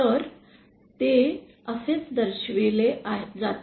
तर ते असेच दर्शविले जाते